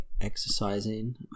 exercising